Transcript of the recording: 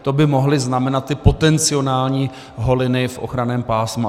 To by mohly znamenat ty potenciální holiny v ochranném pásmu.